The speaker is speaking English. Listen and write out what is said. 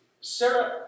Sarah